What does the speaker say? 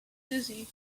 dizzy